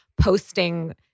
posting